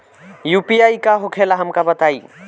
UPI का होखेला हमका बताई?